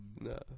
No